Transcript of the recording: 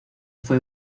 fue